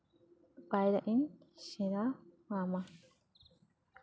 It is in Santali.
ᱯᱟᱭᱨᱟᱜ ᱤᱧ ᱥᱮᱬᱟ ᱟᱢᱟ